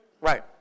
Right